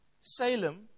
Salem